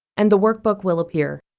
and the workbook will appear.